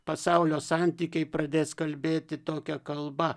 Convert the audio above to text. pasaulio santykiai pradės kalbėti tokia kalba